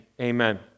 amen